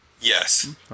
Yes